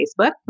Facebook